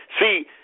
See